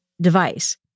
device